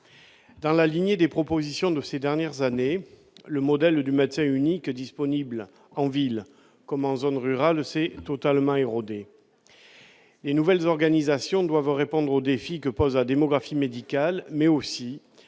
Dans la lignée des propositions de ces dernières années, le modèle du médecin unique, disponible en ville comme en zone rurale, s'est totalement érodé. Les nouvelles organisations doivent répondre au défi que pose la démographie médicale, mais aussi